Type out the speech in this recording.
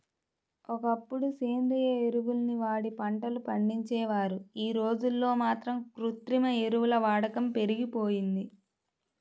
ఒకప్పుడు సేంద్రియ ఎరువుల్ని వాడి పంటలు పండించేవారు, యీ రోజుల్లో మాత్రం కృత్రిమ ఎరువుల వాడకం పెరిగిపోయింది